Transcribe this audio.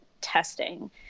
testing